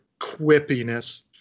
quippiness